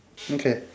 okay